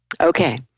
Okay